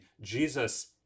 Jesus